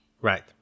Right